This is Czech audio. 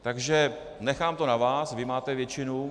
Takže nechám to na vás, vy máte většinu.